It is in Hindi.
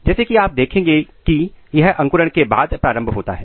जैसा की आप आगे देखेंगे कि यह अंकुरण के बाद आरंभ होता है